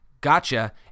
gotcha